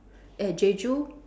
at Jeju